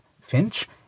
Finch